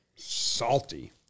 Salty